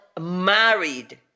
married